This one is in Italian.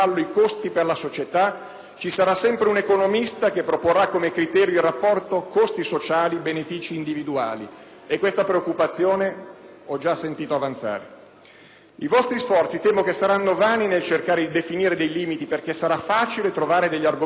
Ci sarà sempre un economista che proporrà come criterio il rapporto costi sociali e benefici individuali. Questa preoccupazione l'ho già sentita avanzare. Temo che i vostri sforzi saranno vani nel cercare di definire dei limiti, perché sarà facile trovare degli argomenti più efficaci dei vostri